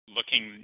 looking